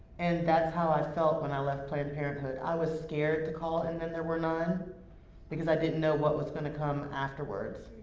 and that's how i felt when i left planned parenthood. i was scared to call and then there were none because i didn't know what was going to come afterwards.